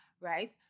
right